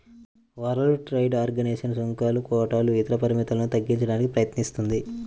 world trade organisation సుంకాలు, కోటాలు ఇతర పరిమితులను తగ్గించడానికి ప్రయత్నిస్తుంది